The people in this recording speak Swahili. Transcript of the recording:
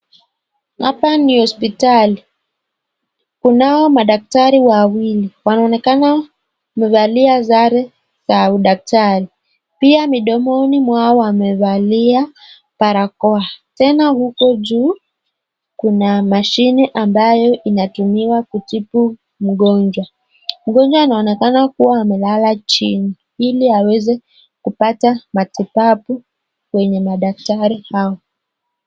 Hapa ni hospitali. Kunao madaktari wawili, wanaonekana wamevalia zale za udaktari. Pia midomoni mwao wamevalia barakoa. Tena huku juu kuna mashine ambayo inatumiwa kutibu mgonjwa. Mgonjwa anaonekana kuwa amelala chini ili aweze kupata matibabu kwenye madaktari hawa.